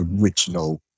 original